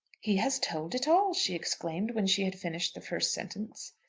he has told it all, she exclaimed, when she had finished the first sentence.